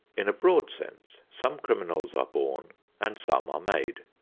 in a broad sense, some criminals are born and some are made.